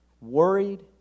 worried